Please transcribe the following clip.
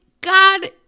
God